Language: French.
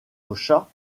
mesure